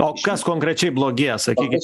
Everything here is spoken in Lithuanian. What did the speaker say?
o kas konkrečiai blogėja sakykit